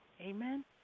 Amen